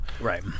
Right